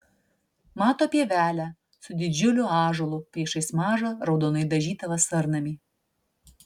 mato pievelę su didžiuliu ąžuolu priešais mažą raudonai dažytą vasarnamį